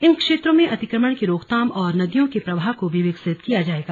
इन क्षेत्रों में अतिक्रमण की रोकथाम और नदियों के प्रवाह को भी विकसित किया जायेगा